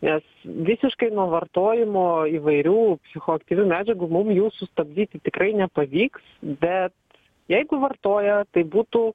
nes visiškai nuo vartojimo įvairių psichoaktyvių medžiagų mum jų sustabdyti tikrai nepavyks bet jeigu vartoja tai būtų